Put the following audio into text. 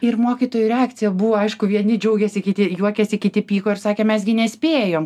ir mokytojų reakcija buvo aišku vieni džiaugėsi kiti juokėsi kiti pyko ir sakė mes gi nespėjom